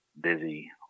busy